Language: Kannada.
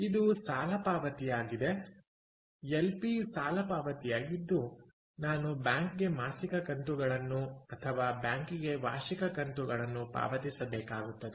ಇದು ಸಾಲ ಪಾವತಿಯಾಗಿದೆ ಎಲ್ಪಿ ಸಾಲ ಪಾವತಿಯಾಗಿದ್ದು ನಾನು ಬ್ಯಾಂಕಿಗೆ ಮಾಸಿಕ ಕಂತುಗಳನ್ನು ಅಥವಾ ಬ್ಯಾಂಕಿಗೆ ವಾರ್ಷಿಕ ಕಂತುಗಳನ್ನು ಪಾವತಿಸಬೇಕಾಗುತ್ತದೆ